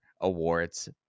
awards